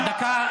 דקה,